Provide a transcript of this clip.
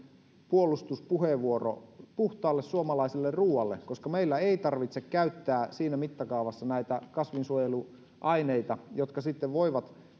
puolustuspuheenvuoro puhtaalle suomalaiselle ruualle koska meillä ei tarvitse käyttää siinä mittakaavassa näitä kasvinsuojeluaineita jotka sitten voivat